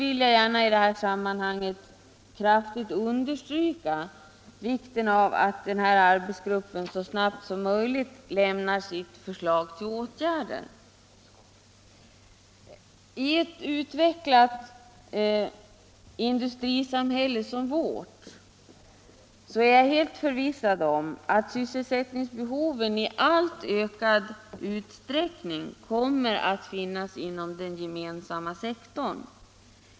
I det här sammanhanget vill jag kraftigt understryka vikten av att den arbetsgruppen så snabbt som möjligt lämnar sitt förslag till åtgärder. Jag är helt förvissad om att i ett utvecklat industrisamhälle som vårt kommer sysselsättningsbehoven i alltmer ökad utsträckning att finnas inom den gemensamma sektorn.